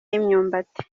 y’imyumbati